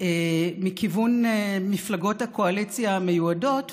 מכיוון מפלגות הקואליציה המיועדות,